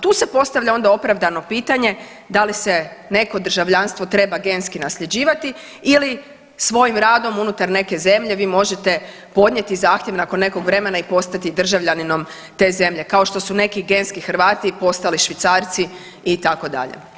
Tu se postavlja onda opravdano pitanje da li se neko državljanstvo treba genski nasljeđivati ili svoj radom unutar neke zemlje, vi možete podnijeti zahtjev nakon nekog vremena i postati državljaninom te zemlje kao što su neki genski Hrvati postali Švicarci itd.